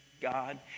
God